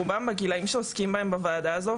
רובם בגילאים שעוסקים בוועדה הזאת,